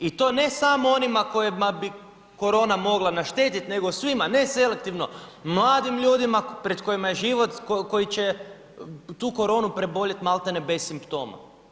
I to ne samo onima kojima bi korona mogla našteti nego svima, ne selektivno mladim ljudima pred kojima je život, koji će tu koronu preboljet maltene bez simptoma.